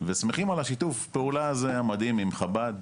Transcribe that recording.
ושמחים על השיתוף פעולה הזה המדהים עם חב"ד,